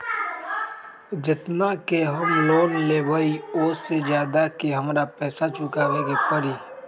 जेतना के हम लोन लेबई ओ से ज्यादा के हमरा पैसा चुकाबे के परी?